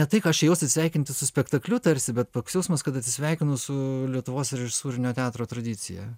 ne tai kad aš ėjau atsisveikinti su spektakliu tarsi bet koks jausmas kad atsisveikinu su lietuvos režisūrinio teatro tradicija